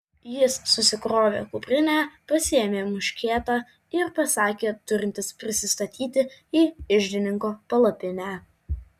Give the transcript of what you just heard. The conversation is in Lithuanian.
jis susikrovė kuprinę pasiėmė muškietą ir pasakė turintis prisistatyti į iždininko palapinę